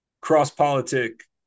cross-politic